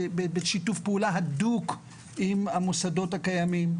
בשיתוף פעולה אדוק עם המוסדות הקיימים.